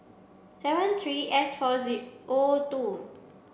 seven three S four zero O two